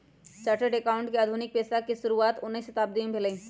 chartered accountant के आधुनिक पेशा के शुरुआत उनइ शताब्दी में भेलइ